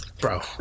Bro